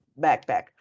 backpack